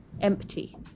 empty